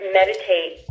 meditate